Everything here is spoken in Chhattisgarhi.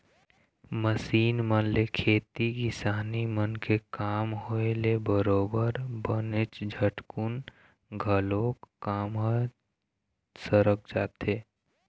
मसीन मन ले खेती किसानी मन के काम होय ले बरोबर बनेच झटकुन घलोक काम ह सरक जाथे